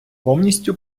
повністю